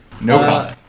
No